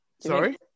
sorry